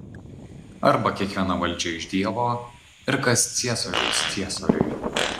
arba kiekviena valdžia iš dievo ir kas ciesoriaus ciesoriui